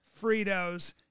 fritos